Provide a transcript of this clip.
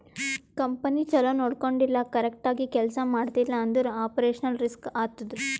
company ಛಲೋ ನೊಡ್ಕೊಂಡಿಲ್ಲ, correct ಆಗಿ ಕೆಲ್ಸಾ ಮಾಡ್ತಿಲ್ಲ ಅಂದುರ್ ಆಪರೇಷನಲ್ ರಿಸ್ಕ್ ಆತ್ತುದ್